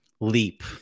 leap